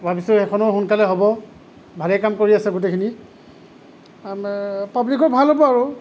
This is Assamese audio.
ভাবিছো সেইখনো সোনকালে হ'ব ভালেই কাম কৰি আছে গোটেইখিনি আমাৰ পাৱ্লিকৰ ভাল হ'ব আৰু